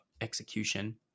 execution